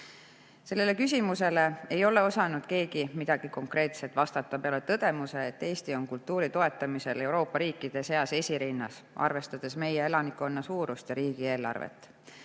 Sellele küsimusele ei ole osanud keegi midagi konkreetset vastata peale tõdemuse, et Eesti on kultuuri toetamisel Euroopa riikide seas esirinnas, arvestades meie elanikkonna suurust ja riigieelarvet.